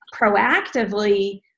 proactively